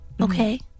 okay